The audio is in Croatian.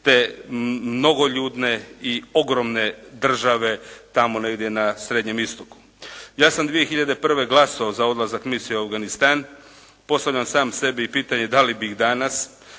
te mnogoljudne i ogromne države tamo negdje na srednjem istoku. Ja sam 2001. glasovao za odlazak Misije u Afganistan, postavljam sam sebi pitanje da li bih danas,